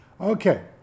Okay